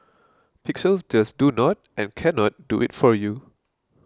pixels just do not and can not do it for you